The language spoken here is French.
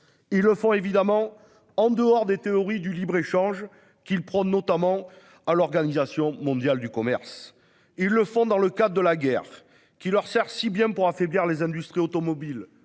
Ils le font, évidemment, en contradiction avec les théories du libre-échange, qu'ils prônent notamment au sein de l'Organisation mondiale du commerce. Ils le font dans le cadre de la guerre, qui les sert si bien pour affaiblir les industries automobiles